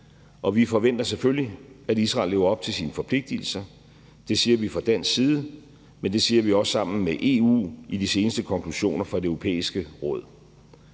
og vi forventer selvfølgelig, at Israel lever op til sine forpligtigelser. Det siger vi fra dansk side, men det siger vi også sammen med EU i de seneste konklusioner fra Det Europæiske Råd.